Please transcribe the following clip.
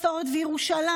מסורת וירושלים.